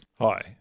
Hi